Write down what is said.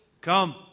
Come